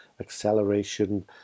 acceleration